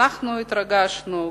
אנחנו התרגשנו,